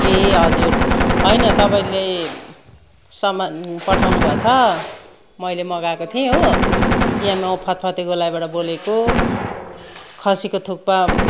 ए हजुर होइन तपाईँले सामान पठाउनु भएछ मैले मगाएको थिएँ हो यहाँ म फत्फते गोलाइबाट बोलेको खसीको चुक्पा